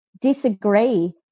disagree